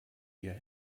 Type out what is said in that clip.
ihr